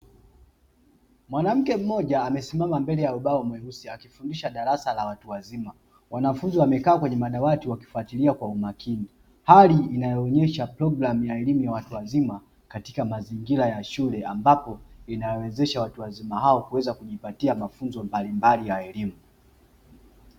Mwanamke mmoja amesimama mbele ya ubao mweusi akifundisha darasa la watu wazima, wanafunzi wamekaa kwenye madawati wakifuatilia kwa umakini hali inayoonyesha programu ya elimu ya watu wazima katika mazingira ya shule, ambapo inawezesha watu wazima hao kuweza kujipatia mafunzo mbalimbali ya elimu.